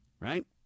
right